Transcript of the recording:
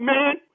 Man